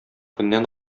көннән